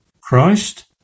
Christ